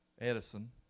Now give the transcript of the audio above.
Edison